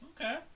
okay